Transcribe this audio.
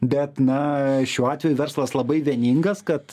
bet na šiuo atveju verslas labai vieningas kad